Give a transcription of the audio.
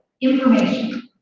Information